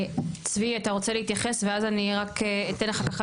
צבי אתה רוצה להתייחס ואז אני רק אתן לך ככה